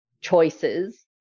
choices